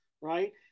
right